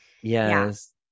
Yes